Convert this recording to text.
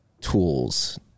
tools